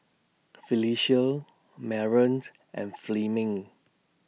Phylicia Maren's and Fleming